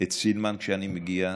את סילמן כשאני מגיע,